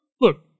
look